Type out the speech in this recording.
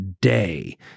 day